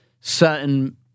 certain